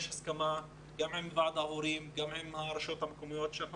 יש הסכמה גם עם ועד ההורים וגם עם הרשויות המקומיות שאנחנו